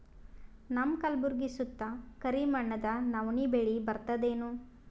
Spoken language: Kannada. ನಮ್ಮ ಕಲ್ಬುರ್ಗಿ ಸುತ್ತ ಕರಿ ಮಣ್ಣದ ನವಣಿ ಬೇಳಿ ಬರ್ತದೇನು?